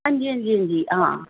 हां जी हां जी हां जी हां